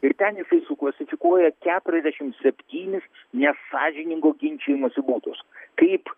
ir ten jisai suklasifikuoja keturiasdešim septynis nesąžiningo ginčijimosi būdus kaip